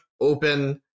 open